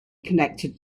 connected